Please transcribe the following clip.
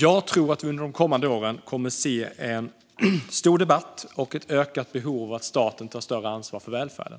Jag tror att vi under de kommande åren kommer att se en stor debatt och ett ökat behov av att staten tar större ansvar för välfärden.